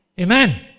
Amen